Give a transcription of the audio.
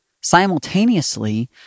Simultaneously